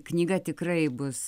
knyga tikrai bus